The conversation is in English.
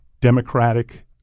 Democratic